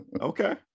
Okay